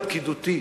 הפקידותי.